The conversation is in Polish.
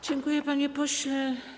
Dziękuję, panie pośle.